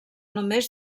només